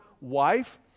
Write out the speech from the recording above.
wife